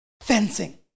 Fencing